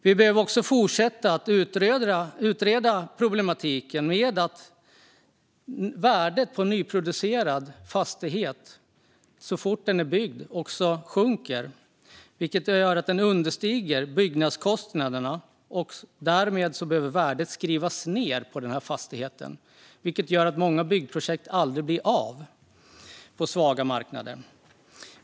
Vi behöver fortsätta att utreda problematiken med att värdet på en nyproducerad fastighet sjunker så fort den är byggd. Detta gör att värdet understiger byggnadskostnaderna. Fastighetsvärdet behöver alltså skrivas ned, vilket gör att många byggprojekt aldrig blir av på svaga marknader.